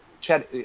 Chad